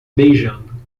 beijando